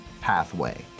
pathway